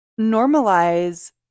normalize